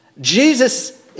Jesus